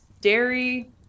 dairy